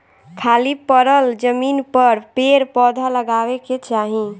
खाली पड़ल जमीन पर पेड़ पौधा लगावे के चाही